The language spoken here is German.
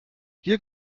hier